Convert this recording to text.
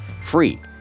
free